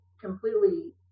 completely